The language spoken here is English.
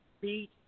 beat